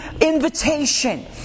invitation